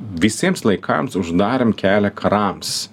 visiems laikams uždarėm kelią karams